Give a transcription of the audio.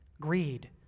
greed